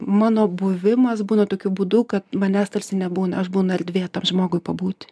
mano buvimas būna tokiu būdu kad manęs tarsi nebūna aš būnu erdvė tam žmogui pabūti